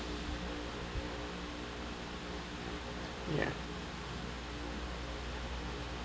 ya